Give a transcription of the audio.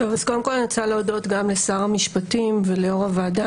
קודם כל אני רוצה להודות לשר המשפטים וליו"ר הוועדה.